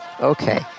Okay